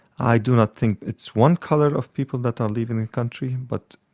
i do not think it's one colour of people that are leaving the country but,